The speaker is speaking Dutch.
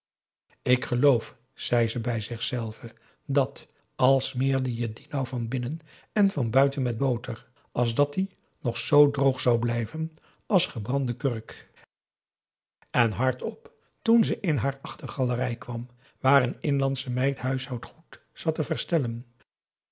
ik geloof zei ze bij zichzelve dat al smeerde je dien nou van binnen en van buiten met boter asdat ie nog zoo droog zou blijven as'n gebrande kurk en hardop toen ze in haar achtergalerij kwam waar een inlandsche meid huishoudengoed zat te verstellen